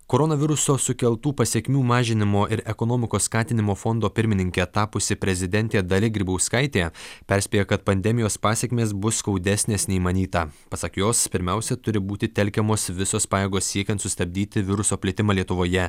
koronaviruso sukeltų pasekmių mažinimo ir ekonomikos skatinimo fondo pirmininke tapusi prezidentė dalia grybauskaitė perspėja kad pandemijos pasekmės bus skaudesnės nei manyta pasak jos pirmiausia turi būti telkiamos visos pajėgos siekiant sustabdyti viruso plitimą lietuvoje